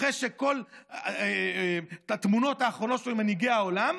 אחרי כל התמונות האחרונות שלו עם מנהיגי העולם,